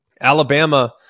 Alabama